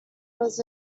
was